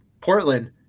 Portland